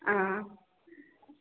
ആ